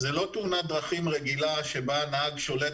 זו לא תאונת דרכים רגילה שבה הנהג שולט